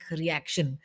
reaction